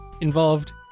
involved